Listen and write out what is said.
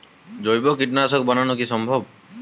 জৈব কীটনাশক বানানো কি সম্ভব?